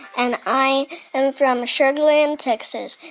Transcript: and i am from sugar land, texas.